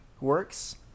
works